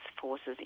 forces